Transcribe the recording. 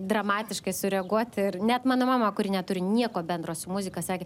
dramatiškai sureaguoti ir net mano mama kuri neturi nieko bendro su muzika sakė